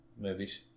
movies